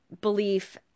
belief